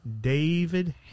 David